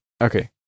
Okay